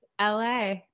la